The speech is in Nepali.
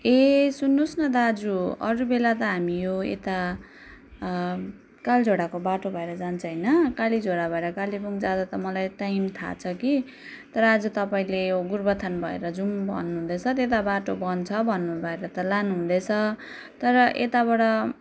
ए सुन्नुहोस् न दाजु अरूबेला ता हामी यो यता कालिझोडाको बाटो भएर जान्छ होइन कालीझोडा भएर कालेबुङ जाँदा त मलाई टाइम थाहा छ कि तर आज तपाईँले यो गोरूबथान भएर जाउँ भन्नुहुँदैछ त्यता बाटो बन्द छ भन्नु भएर त लानु हुँदैछ तर यताबाट